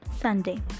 Sunday